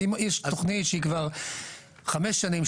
אם יש תוכנית שהיא כבר חמש שנים,